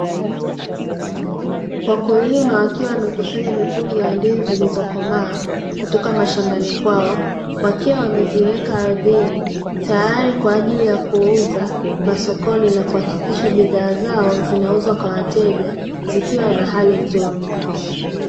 Wakulima wakiwa wamekusanya mikungu ya ndizi zilizokomaa kutoka mashambani kwao wakiwa wameziweka ardhini tayari kwa ajili ya kuuza masokoni na kuhakikisha bidhaa zao zinauzwa kwa wateja zikiwa na hali nzuri.